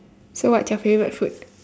so what's your favourite food